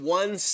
one